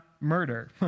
murder